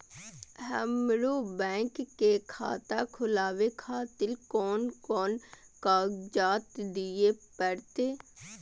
हमरो बैंक के खाता खोलाबे खातिर कोन कोन कागजात दीये परतें?